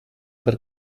per